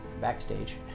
backstage